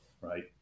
Right